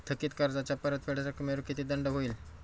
थकीत कर्जाच्या परतफेड रकमेवर किती दंड होईल?